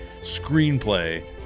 screenplay